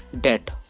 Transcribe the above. debt